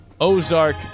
Ozark